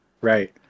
Right